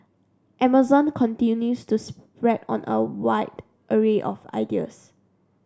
Amazon continues to spread on a wide array of ideas